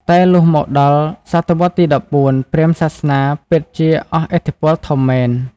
តែលុះមកដល់សតវត្សរ៍ទី ១៤ ព្រាហ្មណ៍សាសនាពិតជាអស់ឥទ្ធិពលធំមែន។